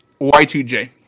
Y2J